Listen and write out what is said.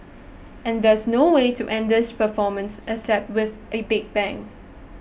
and there's no way to end this performance except with a big bang